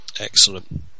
Excellent